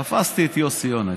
שתפסתי את יוסי יונה.